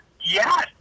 yes